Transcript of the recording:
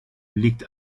liegt